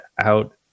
out